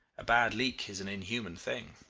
a bad leak is an inhuman thing.